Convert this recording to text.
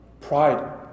pride